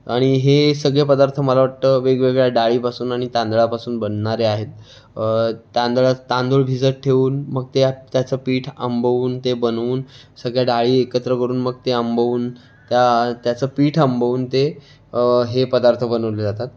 आणि हे सगळे पदार्थ मला वाटतं वेगवेगळ्या डाळीपासून आणि तांदळापासून बनणारे आहेत तांदळात तांदूळ भिजत ठेवून मग त्यात त्याचं पीठ आंबवून ते बनवून सगळ्या डाळी एकत्र करून मग ते आंबवून त्या त्याचं पीठ आंबवून ते हे पदार्थ बनवले जातात